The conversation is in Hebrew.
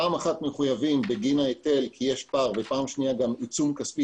פעם אחת מחויבים בגין ההיטל כי יש פער ופעם שנייה מוטל גם עיצום כספי,